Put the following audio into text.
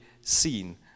seen